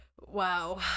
wow